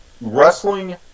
wrestling